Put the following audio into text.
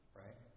right